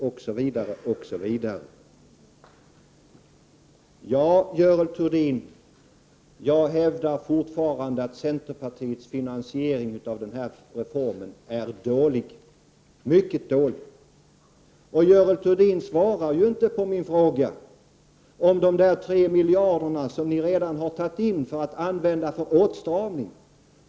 Till Görel Thurdin vill jag säga att jag fortfarande hävdar att centerpartiets förslag till finansiering av denna reform är dåligt, mycket dåligt. Görel Thurdin svarar ju inte på min fråga om de tre miljarder som ni redan har dragit in för att använda för åtstramning.